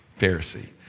Pharisee